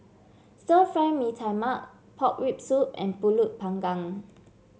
Stir Fry Mee Tai Mak Pork Rib Soup and pulut Panggang